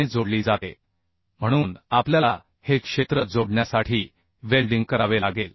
ने जोडली जाते म्हणून आपल्याला हे क्षेत्र जोडण्यासाठी वेल्डिंग करावे लागेल